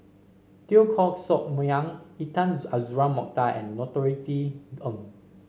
Teo Koh Sock Miang Intan Azura Mokhtar and Norothy Ng